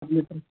सम्यक्